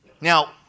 Now